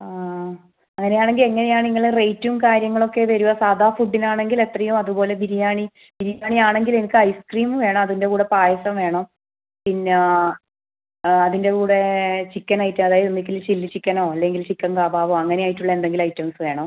ആ അങ്ങനെ ആണെങ്കിൽ എങ്ങനെയാണ് നിങ്ങളെ റേറ്റും കാര്യങ്ങളൊക്കെ വരിക സാധാ ഫുഡിന് ആണെങ്കിൽ എത്രയോ അത് പോലെ ബിരിയാണി ബിരിയാണി ആണെങ്കിൽ എനിക്ക് ഐസ് ക്രീം വേണം അതിൻ്റെ കൂടെ പായസം വേണം പിന്നെ അതിൻ്റെ കൂടെ ചിക്കൻ ഐറ്റം അതായത് ഒന്നുകിൽ ചില്ലി ചിക്കനോ അല്ലെങ്കിൽ ചിക്കൻ കബാബോ അങ്ങനെ ആയിട്ടുള്ളെ എന്തെങ്കിലും ഐറ്റംസ് വേണം